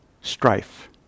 strife